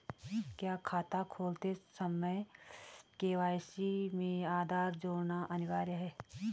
क्या खाता खोलते समय के.वाई.सी में आधार जोड़ना अनिवार्य है?